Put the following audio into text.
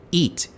eat